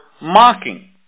mocking